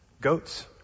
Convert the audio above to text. Goats